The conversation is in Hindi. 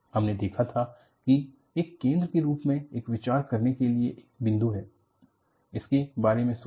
हमने देखा था कि एक केंद्र के रूप में यह विचार करने के लिए एक बिंदु है इसके बारे में सोचें